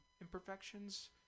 imperfections